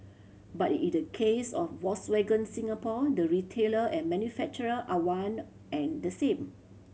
but in the case of Volkswagen Singapore the retailer and manufacturer are one and the same